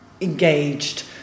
engaged